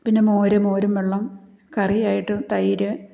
പിന്നെ മോര് മോരും വെള്ളം കറിയായിട്ട് തൈര്